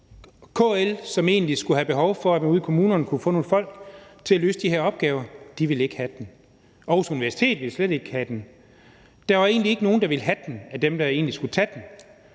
KL, som egentlig skulle have behov for, at man ude i kommunerne kunne få nogle folk til at løse de her opgaver, ville ikke have den. Aarhus Universitet ville slet ikke have uddannelsen. Der var egentlig ikke nogen, der ville have den, af dem, der egentlig skulle tage den.